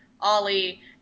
Ollie